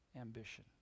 ambition